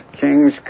King's